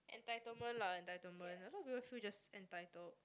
entitlement lah entitlement like some people feel just entitled